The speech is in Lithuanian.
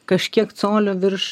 kažkiek colio virš